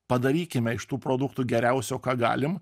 padarykime iš tų produktų geriausio ką galim